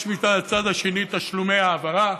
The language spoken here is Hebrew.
יש, מהצד השני, תשלומי העברה,